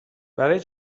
برای